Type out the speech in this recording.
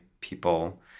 people